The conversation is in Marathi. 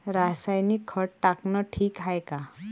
रासायनिक खत टाकनं ठीक हाये का?